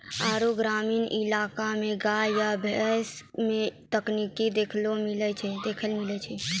आरु ग्रामीण इलाका मे गाय या भैंस मे तरक्की देखैलै मिलै छै